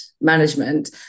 management